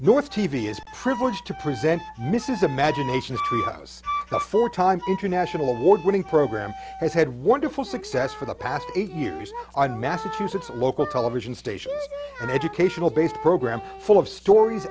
north t v is privileged to present mrs imagination to the four time international award winning program has had wonderful success for the past eight years on massachusetts local television stations and educational based programs full of stories